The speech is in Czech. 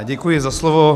Děkuji za slovo.